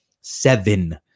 seven